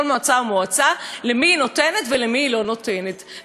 כל מועצה ומועצה למי היא נותנת ולמי היא לא נותנת,